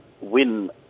win